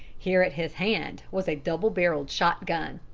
here at his hand was a double-barreled shotgun.